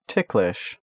Ticklish